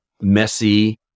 messy